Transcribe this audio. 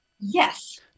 Yes